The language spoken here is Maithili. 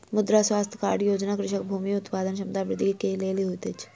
मृदा स्वास्थ्य कार्ड योजना कृषकक भूमि उत्पादन क्षमता वृद्धि के लेल होइत अछि